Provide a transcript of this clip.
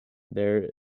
there